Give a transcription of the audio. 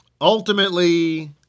ultimately